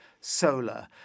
solar